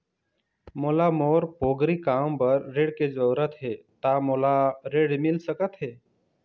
मोला मोर पोगरी काम बर ऋण के जरूरत हे ता मोला ऋण मिल सकत हे?